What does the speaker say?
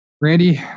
Randy